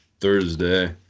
Thursday